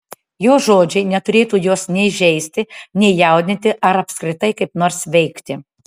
jo žodžiai neturėtų jos nei žeisti nei jaudinti ar apskritai kaip nors veikti